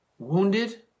wounded